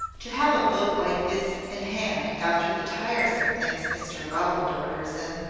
to have a book like this in hand after the tiresome things mr rowland orders in!